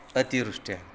ಅತಿವೃಷ್ಟಿ ಆಗುತ್ತೆ